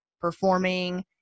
performing